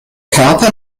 körper